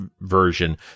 version